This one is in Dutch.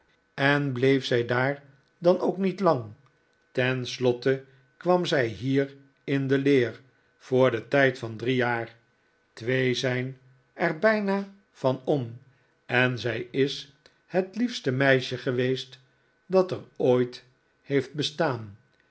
en bleef zij daar dan ook niet lang ten slotte kwam zij hier in de leer voor den tijd van drie jaar twee zijn er bijna van om en zij is het liefste meisje geweest dat er ooit heeft bestaan